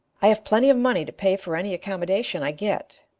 i have plenty of money to pay for any accommodation i get,